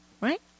Right